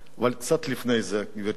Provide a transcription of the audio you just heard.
גברתי היושבת-ראש,